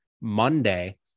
Monday